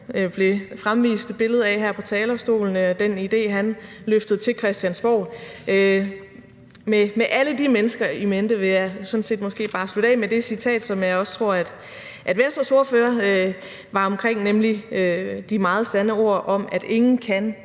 blev fremvist et billede af her på talerstolen, og den idé, han løftede til Christiansborg, og med alle de mennesker i mente vil jeg sådan set måske bare slutte af med det citat, som jeg også tror at Venstres ordfører var omkring, nemlig de meget sande ord om, at ingen kan